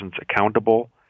accountable